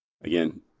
Again